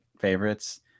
favorites